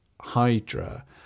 hydra